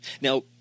Now